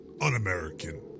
Un-American